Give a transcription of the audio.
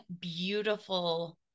beautiful